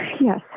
Yes